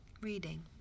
reading